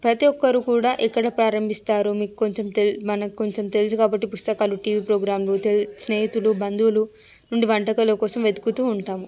ప్రతీ ఒక్కరు కూడా ఎక్కడ ప్రారంభిస్తారో మీకు కొంచెం తెల్ మనకి కొంచెం తెలుసు కాబట్టి పుస్తకాలు టీవీ ప్రోగ్రాంలు తెల్ స్నేహితులు బంధువులు ఉండి వంటకాల కోసం వెతుకుతూ ఉంటాము